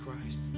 Christ